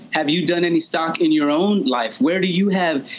have you done any stock in your own life? where do you have,